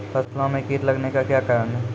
फसलो मे कीट लगने का क्या कारण है?